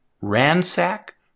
ransack